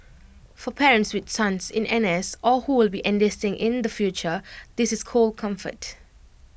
for parents with sons in N S or who will be enlisting in the future this is cold comfort